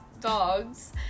dogs